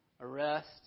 arrest